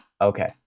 Okay